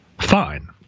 fine